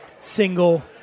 single